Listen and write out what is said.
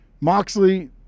Moxley